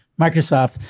Microsoft